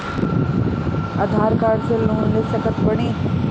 आधार card से loan ले सकत बणी?